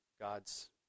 God's